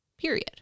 period